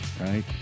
right